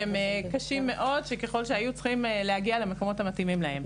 שהיו קשים מאוד והיו צריכים להגיע למקומות המתאימים להם.